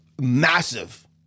massive